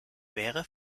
wäre